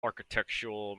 architectural